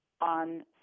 on